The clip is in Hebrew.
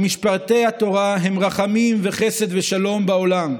שמשפטי התורה הם רחמים וחסד ושלום בעולם,